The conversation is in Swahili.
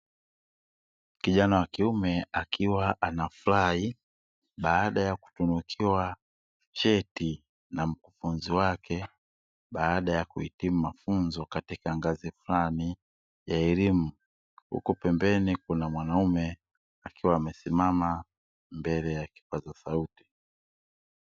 Kijana wa kiume akiwa anafurahi baada ya kutunukiwa cheti na mkufunzi wake baada ya kuhitimu mafunzo katika ngazi fulani ya elimu huku pembeni kuna mwanaume akiwa amesimama mbele ya kipaza sauti.